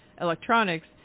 electronics